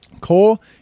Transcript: Cole